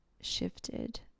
shifted